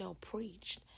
preached